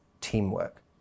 teamwork